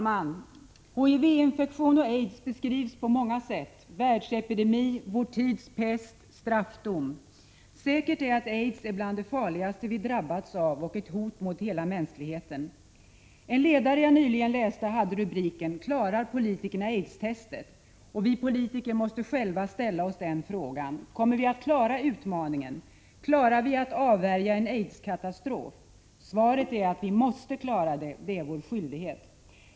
Herr talman! HIV-infektion och aids beskrivs på många sätt: världsepidemi, vår tids pest, straffdom. Säkert är att aids är bland det farligaste vi drabbats av och ett hot mot hela mänskligheten. En ledare jag nyligen läste hade rubriken:” Klarar politikerna aidstestet?” Vi politiker måste själva ställa oss den frågan. Kommer vi att klara utmaningen? Klarar vi att avvärja en aidskatastrof? Svaret är att vi måste klara det — det är vår skyldighet!